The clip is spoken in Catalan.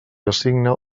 assigna